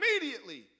immediately